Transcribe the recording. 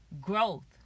growth